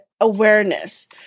awareness